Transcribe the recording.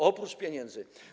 Oprócz pieniędzy.